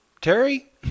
Terry